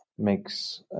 makes